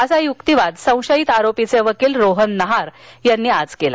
असा युक्तिवाद संशयित आरोपीचे वकील रोहन नहार यांनी केला